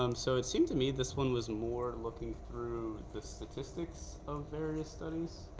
um so it seemed to me this one was more looking through the statistics of various studies.